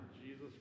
Jesus